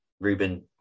Ruben